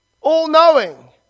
all-knowing